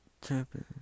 Champion